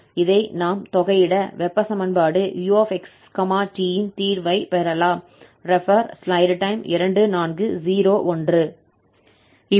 இதை நாம் தொகையிட வெப்ப சமன்பாடு 𝑢 𝑥 𝑡 ன் தீர்வை பெறலாம்